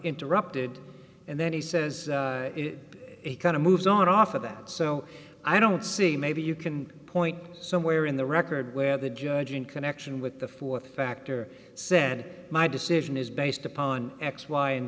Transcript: interrupted and then he says he kind of moves on off of that so i don't see maybe you can point somewhere in the record where the judge in connection with the th factor said my decision is based upon x y and